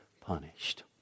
punished